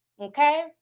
okay